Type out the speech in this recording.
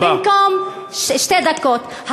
במקום שתי דקות.